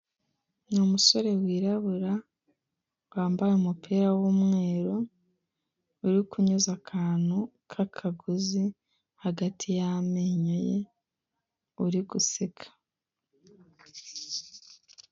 Ni umusore wirabura wambaye umupira w'umweru, uri kunyuza akantu k'akagozi hagati y'amenyo ye, uri guseka.